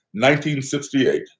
1968